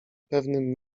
pewnym